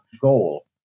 goal